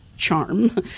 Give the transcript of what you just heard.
charm